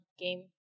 game